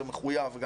זה מחויב.